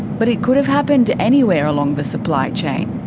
but it could have happened anywhere along the supply chain,